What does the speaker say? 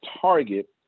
target